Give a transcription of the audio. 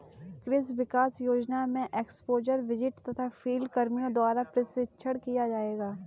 कृषि विकास योजना में एक्स्पोज़र विजिट तथा फील्ड कर्मियों द्वारा प्रशिक्षण किया जाएगा